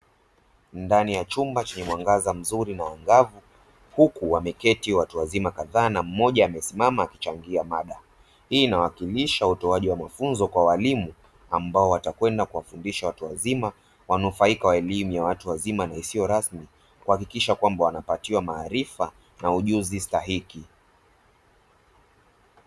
Ndani ya chumba chenye mwangaza mzuri na angavu huku wameketi watu wazima kadhaa na mmoja amesimama akichangia mada. Hii inawakilisha utoaji wa mafunzo kwa walimu ambao watakwenda kuwafundisha watu wazima wanufaika wa elimu ya watu wazima na isiyo rasmi kuhakikisha kwamba wanapatiwa maarifa na ujuzi stahiki.